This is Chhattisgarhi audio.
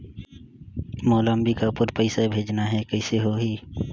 मोला अम्बिकापुर पइसा भेजना है, कइसे होही?